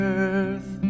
earth